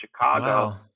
Chicago